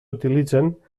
utilitzen